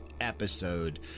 episode